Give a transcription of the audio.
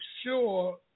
sure